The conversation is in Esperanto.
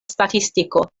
statistiko